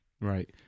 Right